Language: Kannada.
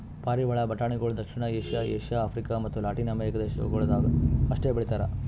ಪಾರಿವಾಳ ಬಟಾಣಿಗೊಳ್ ದಕ್ಷಿಣ ಏಷ್ಯಾ, ಏಷ್ಯಾ, ಆಫ್ರಿಕ ಮತ್ತ ಲ್ಯಾಟಿನ್ ಅಮೆರಿಕ ದೇಶಗೊಳ್ದಾಗ್ ಅಷ್ಟೆ ಬೆಳಿತಾರ್